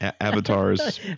Avatar's